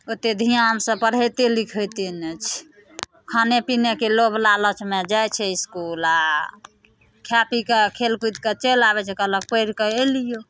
ओतेक धिआनसे पढ़ैते लिखैते नहि छै खाने पिनेके लोभ लालचमे जाए छै इसकुल आओर खा पीके खेलकुदिके चलि आबै छै कहलक पढ़िके अएलिऔ